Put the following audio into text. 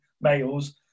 males